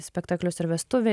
spektaklius ir vestuvė